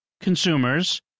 consumers